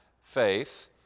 Faith